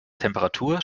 temperatur